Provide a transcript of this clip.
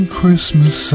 Christmas